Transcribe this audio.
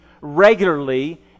regularly